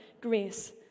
grace